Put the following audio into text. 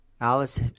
Alice